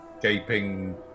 gaping